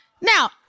Now